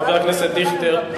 חבר הכנסת דיכטר,